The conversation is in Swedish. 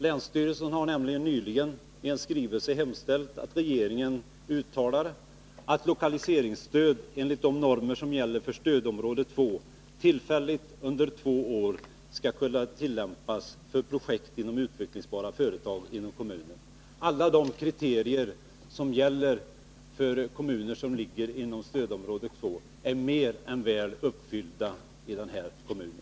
Länsstyrelsen har nämligen nyligen i skrivelse hemställt att regeringen uttalar att lokaliseringsstöd enligt de normer som gäller för stödområde 2 tillfälligt under två år skall kunna ges till projekt inom utvecklingsbara företag i kommunen. Alla de kriterier som gäller för kommuner som ligger inom stödområde 2 är mer än väl uppfyllda i den här kommunen.